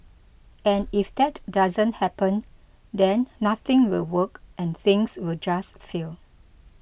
and if that doesn't happen then nothing will work and things will just fail